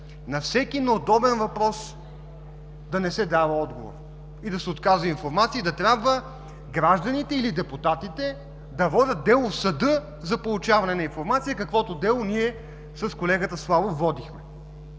на всеки неудобен въпрос да не се дава отговор, да се отказва информация и да трябва гражданите или депутатите да водят дело в съда за получаване на информация, каквото дело ние с колегата Славов водихме.